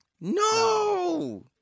No